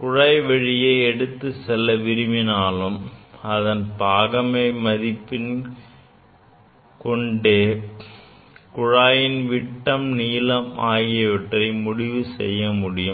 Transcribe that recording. குழாய் வழியே எடுத்துச் செல்ல விரும்பினாலும் அதன் பாகமைகெழு மதிப்பை கொண்டே குழாயின் விட்டம் நீளம் ஆகியவை முடிவு செய்ய முடியும்